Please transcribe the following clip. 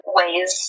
ways